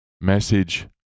Message